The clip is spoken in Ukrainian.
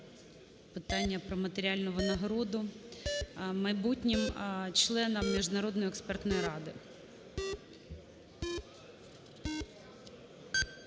питання про матеріальну винагороду майбутнім членам Міжнародної експертної ради.